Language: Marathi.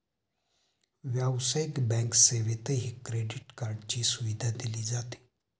व्यावसायिक बँक सेवेतही क्रेडिट कार्डची सुविधा दिली जाते